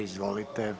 Izvolite.